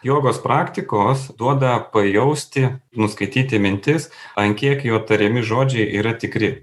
jogos praktikos duoda pajausti nuskaityti mintis ant kiek jo tariami žodžiai yra tikri